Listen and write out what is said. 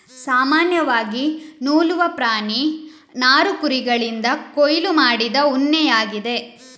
ಸಾಮಾನ್ಯವಾಗಿ ನೂಲುವ ಪ್ರಾಣಿ ನಾರು ಕುರಿಗಳಿಂದ ಕೊಯ್ಲು ಮಾಡಿದ ಉಣ್ಣೆಯಾಗಿದೆ